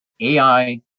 AI